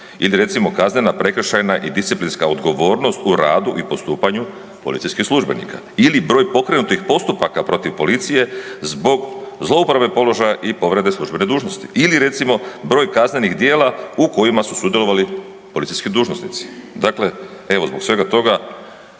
Ili recimo kaznena, prekršajna i disciplinska odgovornost u radu i postupanju policijskih službenika ili broj pokrenutih postupaka protiv policije zbog zlouporabe položaja i povrede službene dužnosti ili recimo broj kaznenih djela u kojima su sudjelovali policijski dužnosnici. Dakle evo zbog svega toga